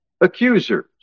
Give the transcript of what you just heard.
accusers